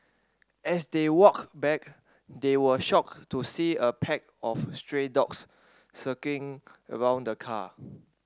as they walked back they were shocked to see a pack of stray dogs circling around the car